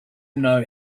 know